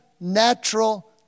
natural